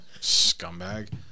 Scumbag